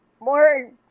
more